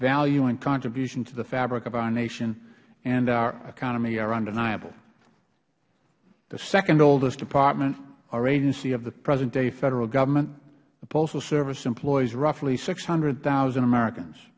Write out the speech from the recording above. and contribution to the fabric of our nation and our economy are undeniable the second oldest department or agency of the present day federal government the postal service employs roughly six hundred thousand americans